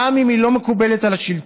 גם אם היא לא מקובלת על השלטון,